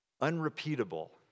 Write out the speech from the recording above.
unrepeatable